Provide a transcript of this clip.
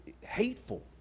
hateful